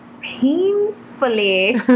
painfully